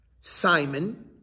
Simon